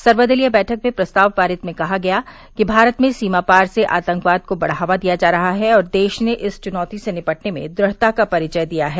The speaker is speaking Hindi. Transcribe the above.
सर्वदलीय बैठक में पारित प्रस्ताव में कहा गया कि भारत में सीमापार से आतंकवाद को बढ़ावा दिया जा रहा है और देश ने इस चुनौती से निपटने में दृढ़ता का परिचय दिया है